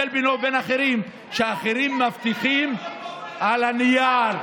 ההבדל בינו ובין אחרים הוא שאחרים מבטיחים על הנייר,